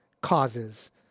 causes